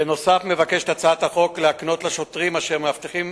בנוסף מבקשת הצעת החוק להקנות לשוטרים אשר מאבטחים